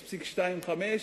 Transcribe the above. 0.25%,